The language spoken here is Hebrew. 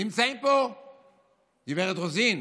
נמצאים פה גב' רוזין,